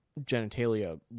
genitalia